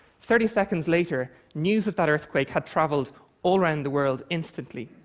thirty seconds later news of that earthquake had traveled all around the world, instantly.